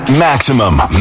Maximum